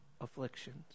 afflictions